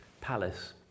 palace